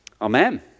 Amen